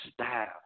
style